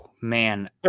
Man